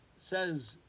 says